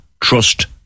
trust